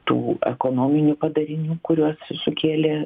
tų ekonominių padarinių kuriuos sukėlė